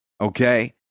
Okay